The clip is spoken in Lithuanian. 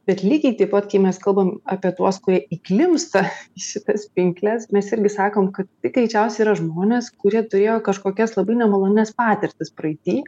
bet lygiai taip pat kai mes kalbam apie tuos kurie įklimpsta į šitas pinkles mes irgi sakom kad tai greičiausia yra žmonės kurie turėjo kažkokias labai nemalonias patirtis praeity